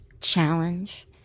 challenge